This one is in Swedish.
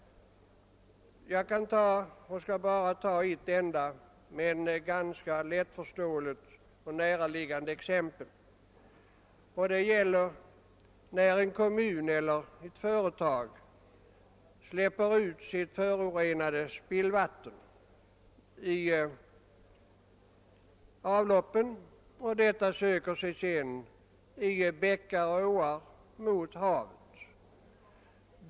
Jag skall här bara ge ett enda men ganska lättförståeligt och närliggande exempel. Jag tänker på det fallet att en kommun eller ett företag släpper ut förorenat spillvatten i avlopp som genom bäckar och åar söker sig mot havet.